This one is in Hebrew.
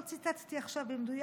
לא ציטטתי עכשיו במדויק,